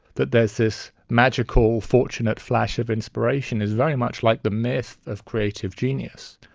that there is this magical fortunate flash of inspiration is very much like the myth of creative genius.